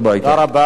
תודה רבה.